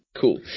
cool